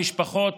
במשפחות